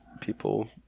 people